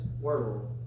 world